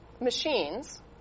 machines